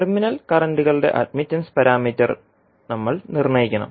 terminal കറൻറുകളുടെ admittance parameter നമ്മൾ നിർണ്ണയിക്കണം